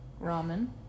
Ramen